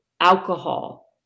alcohol